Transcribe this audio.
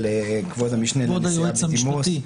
של כבוד המשנה לנשיאה בדימוס,